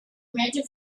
major